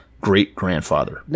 great-grandfather